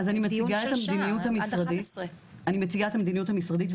אז אני מציגה את המדיניות המשרדית,